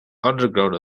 underground